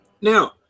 Now